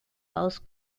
aus